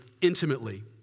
intimately